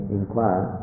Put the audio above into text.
inquire